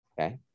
Okay